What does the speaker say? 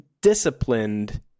disciplined